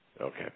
Okay